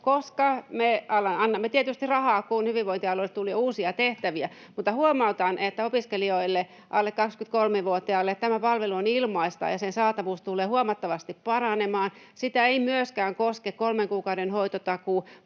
koska me annamme tietysti rahaa, kun hyvinvointialueille tulee uusia tehtäviä. Huomautan, että alle 23-vuotiaille tämä palvelu on ilmaista ja sen saatavuus tulee huomattavasti paranemaan. Sitä ei myöskään koske kolmen kuukauden hoitotakuu,